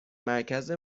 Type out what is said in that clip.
مرکز